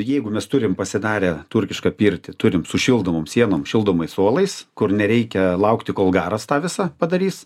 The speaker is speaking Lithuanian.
jeigu mes turim pasidarę turkišką pirtį turim su šildomom sienom šildomais suolais kur nereikia laukti kol garas tą visą padarys